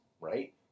right